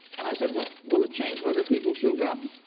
and i said, well will it change whether people chew gum?